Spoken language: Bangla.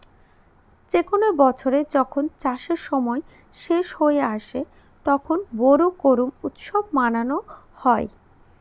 যে কোনো বছরে যখন চাষের সময় শেষ হয়ে আসে, তখন বোরো করুম উৎসব মানানো হয়